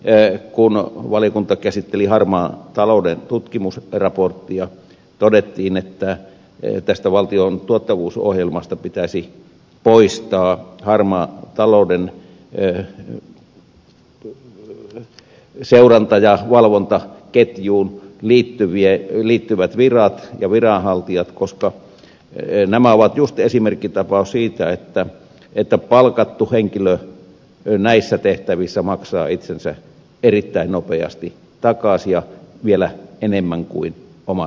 kun valiokunta käsitteli muun muassa harmaan talouden tutkimusraporttia todettiin että tästä valtion tuottavuusohjelmasta pitäisi poistaa harmaan talouden seuranta ja valvontaketjuun liittyvät virat ja viranhaltijat koska nämä ovat juuri esimerkkitapaus siitä että palkattu henkilö näissä tehtävissä maksaa itsensä erittäin nopeasti takaisin ja vielä enemmän kuin oman palkkansa